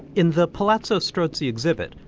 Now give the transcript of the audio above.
in the palazzo strozzi exhibit,